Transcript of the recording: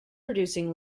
producing